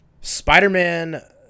spider-man